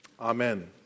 Amen